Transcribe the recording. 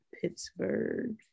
Pittsburgh